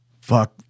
Fuck